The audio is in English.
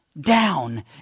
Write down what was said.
down